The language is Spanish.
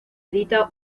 edita